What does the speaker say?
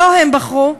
שלא הם בחרו,